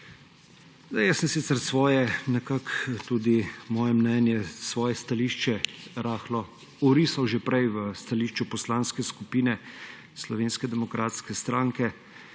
Sicer sem svoje nekako, tudi svoje mnenje, svoje stališče, rahlo orisal že prej, v stališču Poslanske skupine Slovenske demokratske stranke,